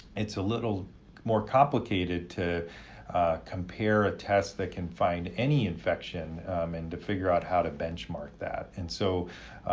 it's a little more complicated to compare a test that can find any infection and to figure out how to benchmark that and so,